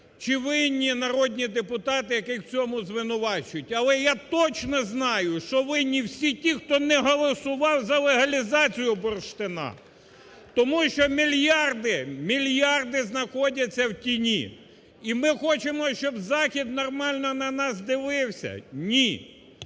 чи винні народні депутати, яких в цьому звинувачують. Але я точно знаю, що винні всі ті, хто не голосував за легалізацію бурштину. Тому що мільярди, мільярди знаходяться в тіні. І ми хочемо, щоб Захід нормально на нас дивися? Ні.